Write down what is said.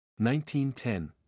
1910